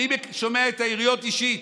אני שומע את היריות אישית.